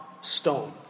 stone